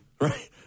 Right